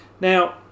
Now